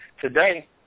today